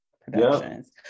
productions